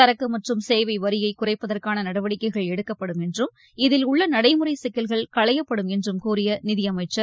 சரக்கு மற்றும் சேவை வரியை குறைப்பதற்கான நடவடிக்கைகள் எடுக்கப்படும் என்றும் இதில் உள்ள நடைமுறை கிக்கல்கள் களையப்படும் என்றும் கூறிய நிதியமைச்சர்